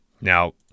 Now